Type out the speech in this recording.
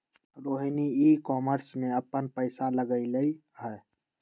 Rohini e commerce में अप्पन पैसा लगअलई ह